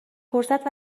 فرصت